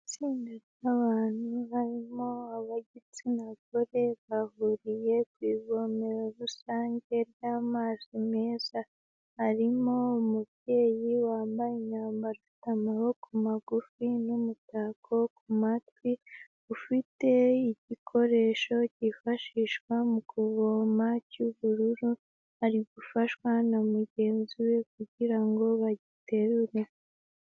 Itsinda ry'abantu barimo ab'igitsina gore bahuriye ku ivomero rusange ry'amazi meza, harimo umubyeyi wambaye imyambaro ifite amaboko magufi n'umutako ku matwi, ufite igikoresho kifashishwa mu kuvoma cy'ubururu, ari gufashwa na mugenzi we kugira ngo bagiterure.